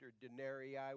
denarii